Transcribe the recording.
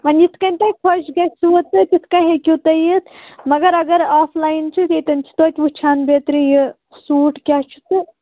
وۅنۍ یِتھٕ کٔنۍ تۄہہِ خۄش گَژھوٕ تہٕ تِتھٕ کٔنۍ ہیٚکِو تُہۍ یِتھ مگر اگر آف لاین چھُ ییٚتٮ۪ن چھِ توتہِ وُچھان بیٚترِ یہِ سوٗٹ کیٛاہ چھُ تہٕ